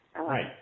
Right